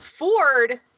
Ford